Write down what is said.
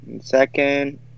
Second